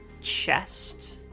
chest